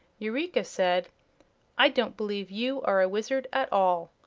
eureka said i don't believe you are a wizard at all!